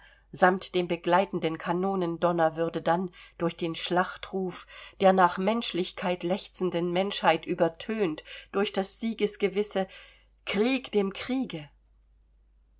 samt dem begleitenden kanonendonner würde dann durch den schlachtruf der nach menschlichkeit lechzenden menschheit übertönt durch das siegesgewisse krieg dem kriege